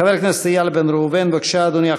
חבר הכנסת איל בן ראובן, בבקשה, אדוני.